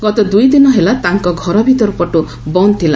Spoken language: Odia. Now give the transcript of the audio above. ଗତ ଦୁଇଦିନ ହେଲା ତାଙ୍କ ଘର ଭିତର ପଟୁ ବନ୍ଦ ଥିଲା